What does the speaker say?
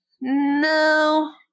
no